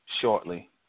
shortly